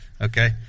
Okay